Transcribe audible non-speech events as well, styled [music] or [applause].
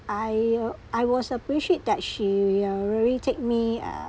I [noise] I was appreciate that she ah really take me uh